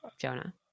Jonah